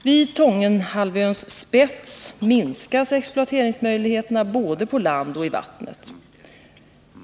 Vid Tångenhalvöns spets minskas exploateringsmöjligheterna både på land och i vattnet.